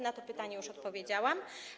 Na to pytanie już odpowiedziałam.